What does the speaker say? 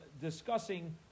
discussing